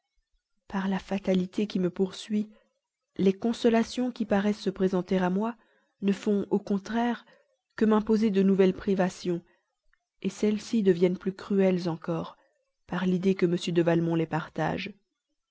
par la fatalité qui me poursuit les consolations même qui paraissent se présenter à moi ne font au contraire que m'imposer de nouvelles privations celles-ci deviennent plus cruelles encore par l'idée que m de valmont les partage